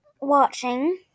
watching